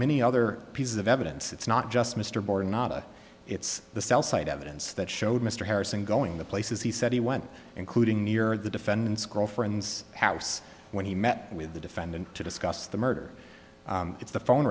many other pieces of evidence it's not just mr borden nada it's the cell site evidence that showed mr harrison going the places he said he went including near the defendant's girlfriend's house when he met with the defendant to discuss the murder it's the phone